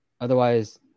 Otherwise